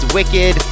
Wicked